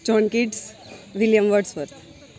john kids william gods worth